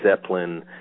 Zeppelin